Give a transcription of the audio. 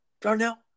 Darnell